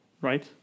right